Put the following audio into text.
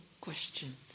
questions